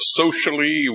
socially